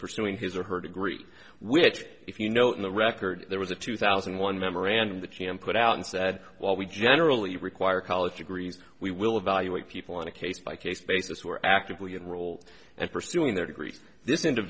pursuing his or her degree which if you know in the record there was a two thousand and one memorandum that g m put out and said well we generally require college degrees we will evaluate people on a case by case basis who are actively enrolled and pursuing their degree this int